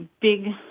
big